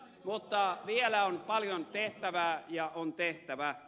mutta vielä on paljon tehtävää ja on tehtävä